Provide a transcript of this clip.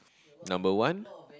number one